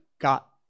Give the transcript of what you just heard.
got